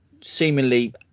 seemingly